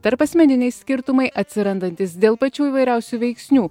tarpasmeniniai skirtumai atsirandantys dėl pačių įvairiausių veiksnių